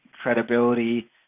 credibility